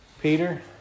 Peter